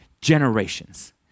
generations